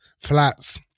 flats